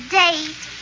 date